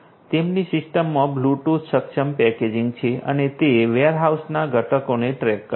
તેમની સિસ્ટમમાં બ્લૂટૂથ સક્ષમ પેકેજિંગ છે અને તે વેરહાઉસમાંના ઘટકોને ટ્રૅક કરે છે